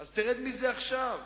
זה מזכיר